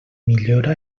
millora